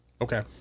Okay